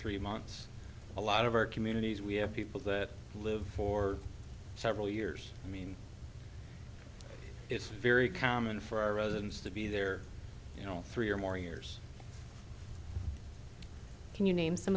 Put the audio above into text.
three months a lot of our communities we have people that live for several years i mean it's very common for our residents to be there you know three or more years can you name some